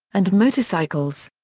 and motorcycles.